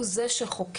הוא זה שחוקר.